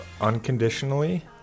Unconditionally